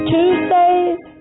Tuesdays